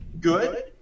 good